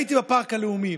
הייתי בפארק הלאומי: